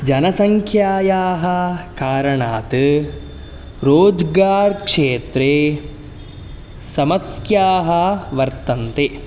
जनसङ्ख्यायाः कारणात् रोज्गार् क्षेत्रे समस्याः वर्तन्ते